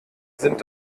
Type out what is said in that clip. sind